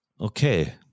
Okay